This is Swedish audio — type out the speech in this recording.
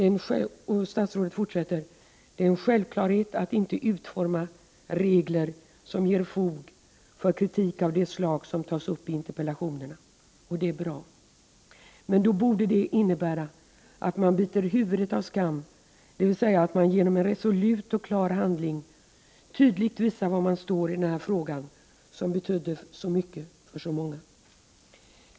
Och statsrådet fortsätter: ”Det är en självklarhet att inte utforma regler som ger fog för kritik av det slag som tas upp i interpellationerna.” Det är bra. Men då borde det innebära att man biter huvudet av skammen, dvs. att man genom en resolut och klar handling tydligt visar var man står i den här frågan som betyder så mycket för så många.